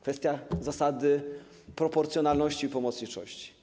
Kwestia zasady proporcjonalności i pomocniczości.